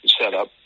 setup